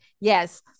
Yes